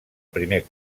primer